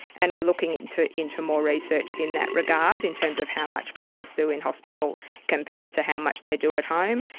and we are looking into into more research in that regard in terms of how much patients do in hospital compared to how much they do at home.